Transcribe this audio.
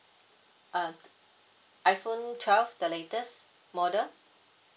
uh iphone twelve the latest model